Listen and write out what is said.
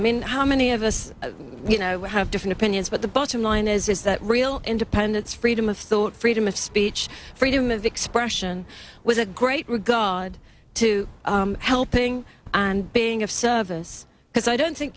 i mean how many of us you know we have different opinions but the bottom line is is that real independence freedom of thought freedom of speech freedom of expression was a great regard to helping and being of service because i don't think